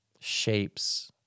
shapes